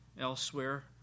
elsewhere